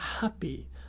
happy